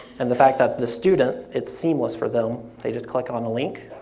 and the fact that the student, it's seamless for them, they just click on the link,